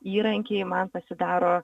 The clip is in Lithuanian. įrankiai man pasidaro